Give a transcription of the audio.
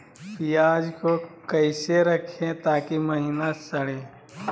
प्याज को कैसे रखे ताकि महिना सड़े?